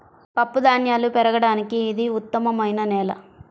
పప్పుధాన్యాలు పెరగడానికి ఇది ఉత్తమమైన నేల